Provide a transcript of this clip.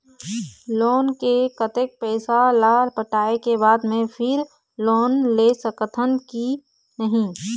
Loan के कतक पैसा ला पटाए के बाद मैं फिर लोन ले सकथन कि नहीं?